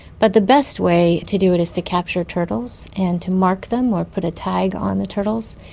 but the best way to do it is to capture turtles and to mark them or put a tag on the turtles.